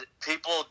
people